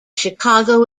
chicago